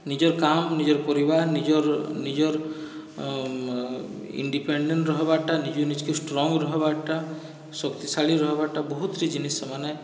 ନିଜର କାମ ନିଜର ପରିବାର ନିଜର ନିଜର ଇଣ୍ଡିପେଣ୍ଡେଣ୍ଟ ରହିବାରଟା ନିଜକୁ ନିଜକେ ଷ୍ଟ୍ରଙ୍ଗ ରହିବାରଟା ଶକ୍ତିଶାଳୀ ରହିବାରଟା ବହୁତଟି ଜିନିଷ୍ ସେମାନେ